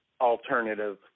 alternative